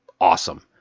Awesome